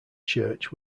church